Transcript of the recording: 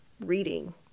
reading